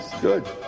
Good